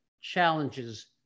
challenges